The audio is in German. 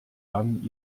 dann